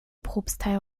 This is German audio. propstei